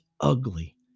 ugly